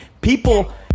People